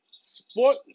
sport